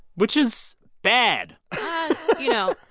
which is bad you know,